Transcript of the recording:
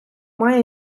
має